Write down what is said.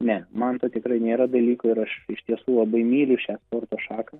ne man to tikrai nėra dalyko ir aš iš tiesų labai myliu šią sporto šaką